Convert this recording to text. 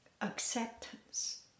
Acceptance